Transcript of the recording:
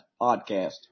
podcast